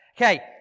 Okay